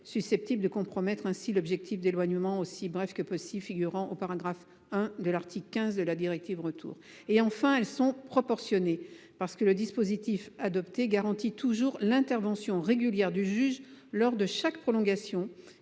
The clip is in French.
susceptible de compromettre l’objectif d’éloignement dans un délai aussi bref que possible figurant au paragraphe 1 de l’article 15 de la directive Retour. Enfin, elles sont proportionnées, parce que le dispositif adopté par la commission garantit toujours l’intervention régulière du juge, lors de chaque prolongation,